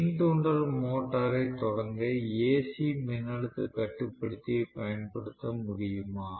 மின் தூண்டல் மோட்டாரைத் தொடங்க ஏசி மின்னழுத்த கட்டுப்படுத்தியைக் பயன்படுத்த முடியுமா